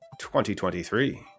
2023